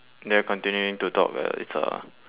they're continuing to talk lah it's uh